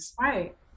Right